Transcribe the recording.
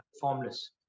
formless